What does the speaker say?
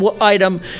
item